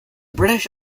british